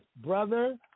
Brother